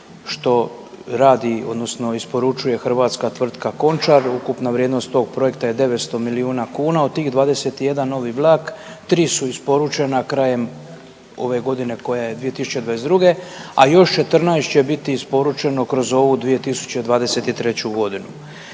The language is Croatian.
što radi, odnosno isporučuje hrvatska tvrtka Končar. Ukupna vrijednost tog projekta je 900 milijuna kuna. Od tih 21 novi vlak 3 su isporučena krajem ove godine koja je 2022., a još 14 će biti isporučeno kroz ovu 2023. godinu.